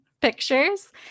pictures